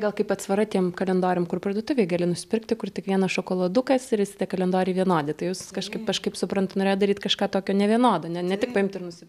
gal kaip atsvara tiems kalendoriam kur parduotuvėje gali nusipirkti kur tik vienas šokoladukas ir visi tie kalendoriai vienodi tai jūs kažkaip kažkaip suprantu norėjot daryt kažką tokio nevienodo ne tik paimt ir nusi